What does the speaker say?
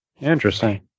Interesting